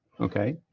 Okay